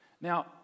Now